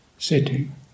Sitting